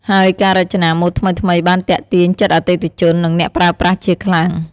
ហើយការរចនាម៉ូដថ្មីៗបានទាក់ទាញចិត្តអតិថិជន និងអ្នកប្រើប្រាស់ជាខ្លាំង។